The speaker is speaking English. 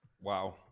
Wow